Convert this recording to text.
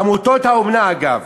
עמותות האומנה, אגב,